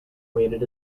waited